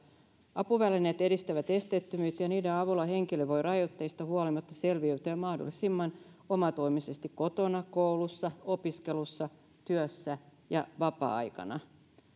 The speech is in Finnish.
apuvälineet edistävät esteettömyyttä ja niiden avulla henkilö voi rajoitteista huolimatta selviytyä mahdollisimman omatoimisesti kotona koulussa opiskelussa työssä ja vapaa aikana